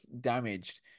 damaged